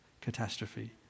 catastrophe